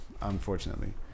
unfortunately